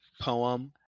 poem